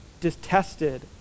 detested